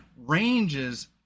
ranges